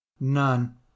None